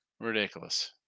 Ridiculous